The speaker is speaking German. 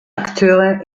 akteure